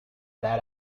that